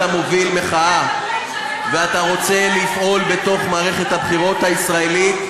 מוביל מחאה ואתה רוצה לפעול בתוך מערכת הבחירות הישראלית,